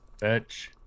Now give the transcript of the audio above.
Bitch